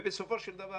ובסופו של דבר,